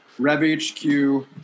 RevHQ